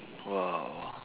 !wow!